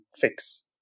fix